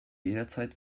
jederzeit